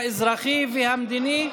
האזרחי והמדיני,